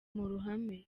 ruhame